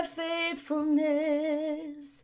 faithfulness